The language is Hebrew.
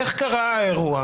איך קרה האירוע